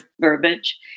verbiage